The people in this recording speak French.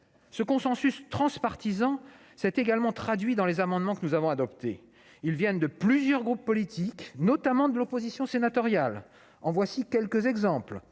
Ce consensus transpartisan s'est également traduit dans les amendements que nous avons adoptés. Ils émanent de plusieurs groupes politiques, et notamment de l'opposition sénatoriale. En voici quelques exemples